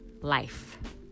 life